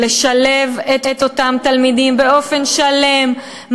ולשלב את אותם תלמידים באופן שלם,